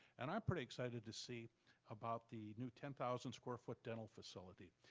and i'm pretty excited to see about the new ten thousand square foot dental facility.